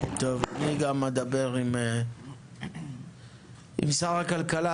אני אדבר עם שר הכלכלה,